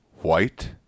White